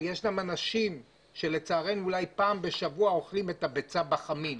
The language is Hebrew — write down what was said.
יש גם אנשים שלצערנו אולי פעם בשבוע אוכלים ביצה בחמין.